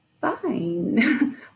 fine